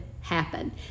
happen